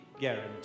guarantee